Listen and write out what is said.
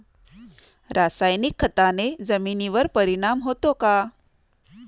रासायनिक खताने जमिनीवर परिणाम होतो का?